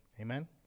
Amen